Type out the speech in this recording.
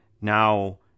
now